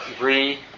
re